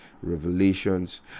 revelations